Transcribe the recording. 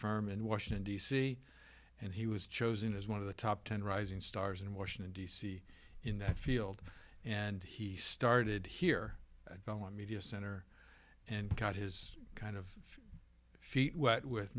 in washington d c and he was chosen as one of the top ten rising stars in washington d c in that field and he started here i don't want media center and got his kind of feet wet with